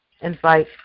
invite